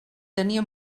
tenia